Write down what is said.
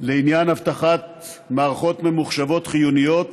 לעניין אבטחת מערכות ממוחשבות חיוניות,